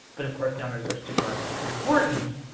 but of course donors are super important,